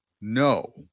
No